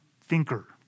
thinker